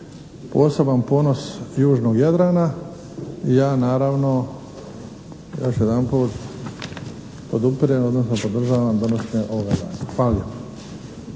poseban ponos južnog Jadrana. Ja naravno još jedanput podupirem, odnosno podržavam donošenje ovoga zakona. Hvala